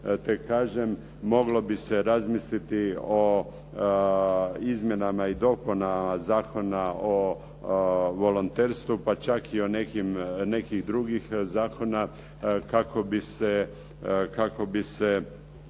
te kažem moglo bi se razmisliti o izmjenama i dopunama Zakona o volonterstvu, pa čak i o nekim, nekih drugih zakona, kako bi se